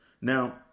Now